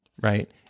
right